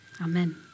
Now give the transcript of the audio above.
Amen